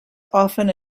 often